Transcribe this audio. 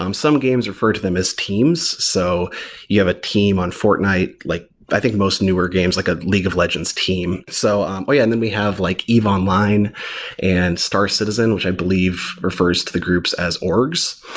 um some games refer to them as teams. so you have a team on fortnite, like i think most newer games like a league of legends team. so um yeah. and then we have like eve online and star citizen, which i believe refers to the groups as orgs.